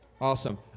Awesome